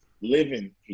living